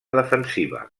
defensiva